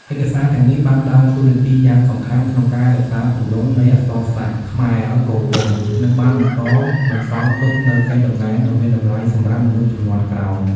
ឯកសារទាំងនេះបានដើរតួនាទីយ៉ាងសំខាន់ក្នុងការរក្សាទម្រង់នៃអក្សរសាស្ត្រខ្មែរឱ្យគង់វង្ស និងបានបន្តបន្សល់ទុកនូវកេរដំណែលដ៏មានតម្លៃសម្រាប់មនុស្សជំនាន់ក្រោយ។